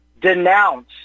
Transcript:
denounce